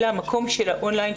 אלא המקום של האונליין,